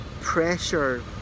pressure